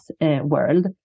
world